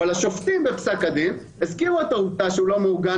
אבל השופטים הזכירו בפסק הדין את העובדה שהוא לא מעוגן